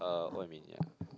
uh what you mean yeah